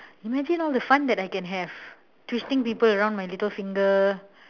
imagine all the fun that I can have twisting people around my little finger